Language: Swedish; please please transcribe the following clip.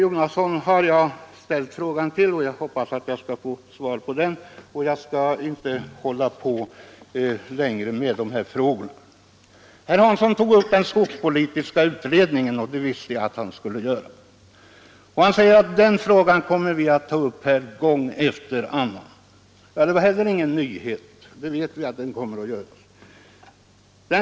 Jag har ställt en fråga till herr Jonasson och hoppas att få svar på den. Jag skall därför inte fortsätta längre med dessa frågor. Herr Hansson i Skegrie berörde den skogspolitiska utredningen — vilket jag också visste att han skulle göra — och sade att den frågan kommer att tas upp här gång efter annan. Det är heller ingen nyhet; vi vet att ni kommer att göra det.